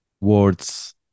words